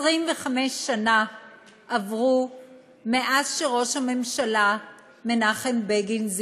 25 שנה עברו מאז שראש הממשלה מנחם בגין,